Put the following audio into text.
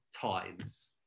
times